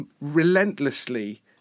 relentlessly